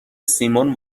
سیمان